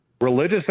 religious